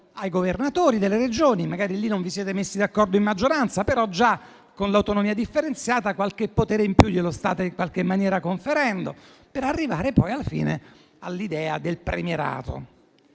ai governatori delle Regioni. Magari per questo non vi siete messi d'accordo in maggioranza, però già con l'autonomia differenziata qualche potere in più glielo state conferendo. Arrivate poi, alla fine, all'idea del premierato.